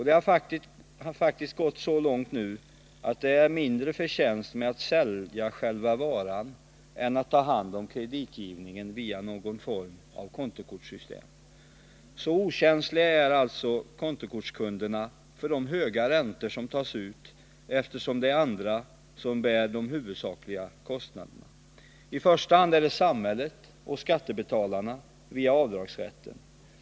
Det har faktiskt gått så långt nu att det är mindre förtjänst med att sälja själva varan än med att ta hand om kreditgivningen via någon form av kontokortssystem. Så okänsliga är alltså kontokortskunderna för de 117 höga räntor som tas ut, eftersom det är andra som bär de huvudsakliga kostnaderna. I första hand är det samhället och skattebetalarna via avdragsrätten.